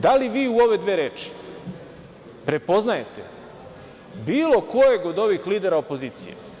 Da li u ove dve reči prepoznajete bilo kojeg od ovih lidera opozicije?